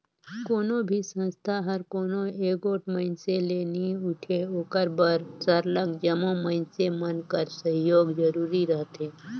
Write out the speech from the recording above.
कोनो भी संस्था हर कोनो एगोट मइनसे ले नी उठे ओकर बर सरलग जम्मो मइनसे मन कर सहयोग जरूरी रहथे